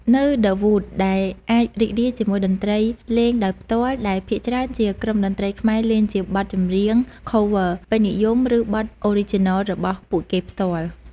នៅ ឌឹ វូត អ្នកអាចរីករាយជាមួយតន្ត្រីលេងដោយផ្ទាល់ ដែលភាគច្រើនជាក្រុមតន្ត្រីខ្មែរលេងជាបទចម្រៀង ខោ វើ (Cover) ពេញនិយម ឬបទ អូរីជីណល របស់ពួកគេផ្ទាល់។